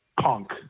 punk